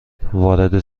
وارد